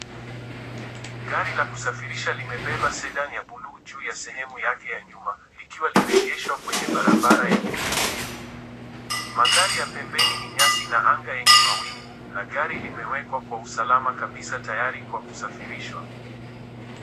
Gari la kusafirisha limebeba sedani ya buluu juu ya sehemu yake ya nyuma likiwa limeegeshwa kwenye barabara yenye unyevuunyevu. Mandhari ya pembeni ni nyasi na anga yenye mawingu na gari limewekwa kwa usalama kabisa tayari kwa kusafirishwa.